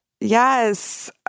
Yes